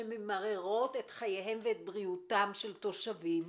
שממררות את חייהם ובריאותם של תושבים,